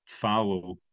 follow